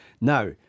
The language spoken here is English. Now